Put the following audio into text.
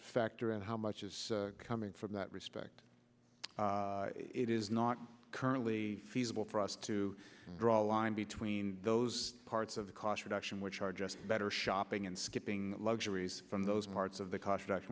factor in how much is coming from that respect it is not currently feasible for us to draw a line between those parts of cost reduction which are just better shopping and skipping luxuries from those parts of the contract